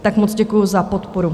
Tak moc děkuji za podporu.